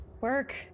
work